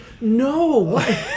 no